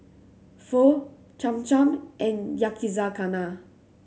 Pho Cham Cham and Yakizakana